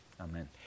Amen